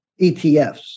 ETFs